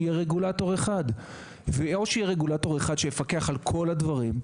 רוצים שיהיה רגולטור אחד שיפקח על כל הדברים.